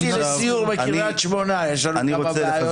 תקבע איתי לסיור בקריית שמונה, יש לנו כמה בעיות.